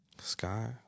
Sky